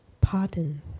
pardon